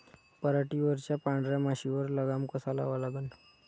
पराटीवरच्या पांढऱ्या माशीवर लगाम कसा लावा लागन?